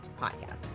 podcast